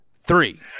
three